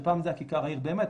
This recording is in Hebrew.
פעם זה היה כיכר העיר באמת,